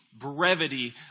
brevity